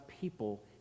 people